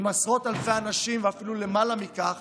עם עשרות אלפי אנשים ואפילו למעלה מכך